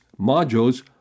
modules